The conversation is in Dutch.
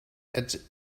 het